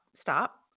Stop